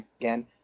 again